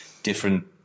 different